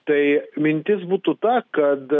tai mintis būtų ta kad